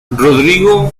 rodrigo